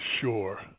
sure